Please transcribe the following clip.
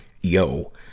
Yo